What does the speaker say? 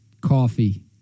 coffee